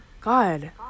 god